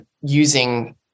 using